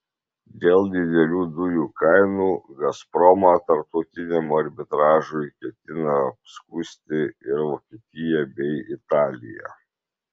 dėl didelių dujų kainų gazpromą tarptautiniam arbitražui ketina apskųsti ir vokietija bei italija